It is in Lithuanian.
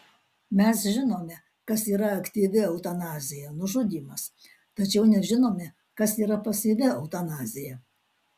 mes žinome kas yra aktyvi eutanazija nužudymas tačiau nežinome kas yra pasyvi eutanazija